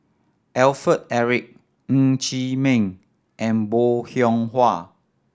Alfred Eric Ng Chee Meng and Bong Hiong Hwa